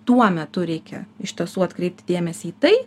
tuo metu reikia iš tiesų atkreipti dėmesį į tai